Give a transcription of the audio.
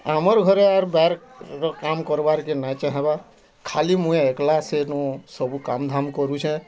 ଆମର୍ ଘରେ ଆ ବାହାରର କାମ୍ କର୍ବାର୍ କେ ନାଇଁ ଚାହାଁବା ଖାଲି ମୁଇଁ ଏକ୍ଲା ସେନୁ ସବୁ କାମ୍ ଧାମ୍ କରୁଛେ